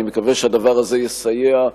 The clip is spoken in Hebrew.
אני מקווה שהדבר הזה יסייע,